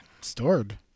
Stored